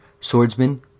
Swordsman